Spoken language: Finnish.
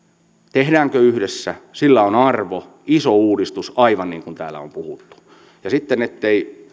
tehdäänkö yhdessä sillä on arvo iso uudistus aivan niin kuin täällä on puhuttu ja sitten ettei